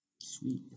Sweet